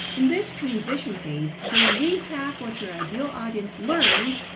in this transition phase, you'll recap what your ideal audience learned,